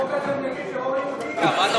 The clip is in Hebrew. אבל החוק הזה הוא נגד טרור יהודי, גם,